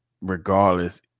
regardless